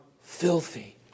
filthy